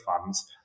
funds